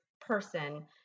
person